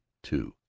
to